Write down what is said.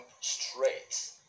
straight